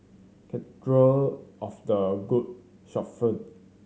Cathedral of the Good Shepherd